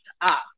up